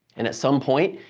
and at some point,